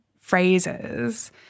phrases